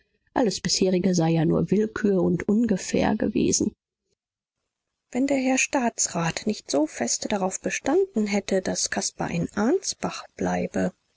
alles bisherige sei ja nur willkür und ungefähr gewesen wenn der herr staatsrat nicht so fest darauf bestanden hätte daß caspar in ansbach bleibe